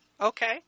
Okay